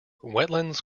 wetlands